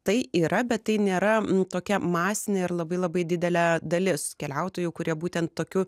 tai yra bet tai nėra tokia masinė ir labai labai didelė dalis keliautojų kurie būtent tokiu